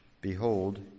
Behold